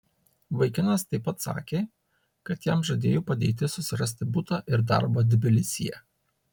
vaikinas taip pat sakė kad jam žadėjo padėti susirasti butą ir darbą tbilisyje